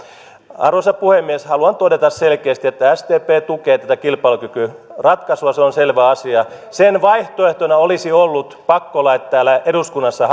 arvoisa puhemies haluan todeta selkeästi että sdp tukee tätä kilpailukykyratkaisua se on selvä asia sen vaihtoehtona olisivat olleet pakkolait täällä eduskunnassa